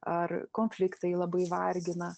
ar konfliktai labai vargina